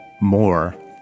more